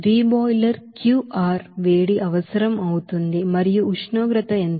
reboiler Qr వేడి అవసరం అవుతుంది మరియు ఉష్ణోగ్రత ఎంత